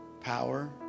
power